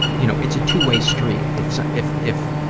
you know, it's a two-way street. if, so, if, if,